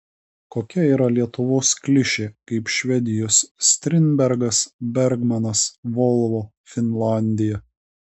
kokia yra lietuvos klišė kaip švedijos strindbergas bergmanas volvo finlandija